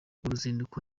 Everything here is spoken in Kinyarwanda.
ruzinduko